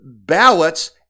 ballots